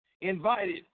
invited